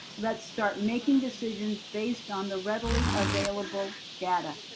let's start making decisions based on the readily available data.